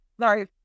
sorry